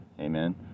Amen